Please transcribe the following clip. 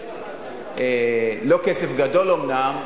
לא כסף גדול אומנם,